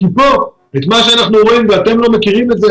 כי כאן את מה שאנחנו רואים ואתם לא מכירים את זה,